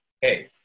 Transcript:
Hey